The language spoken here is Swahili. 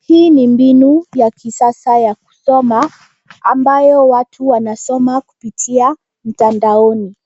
Hii ni mbinu ya kisasa ya kusoma ambayo watu wanasoma kupitia mtandaoni.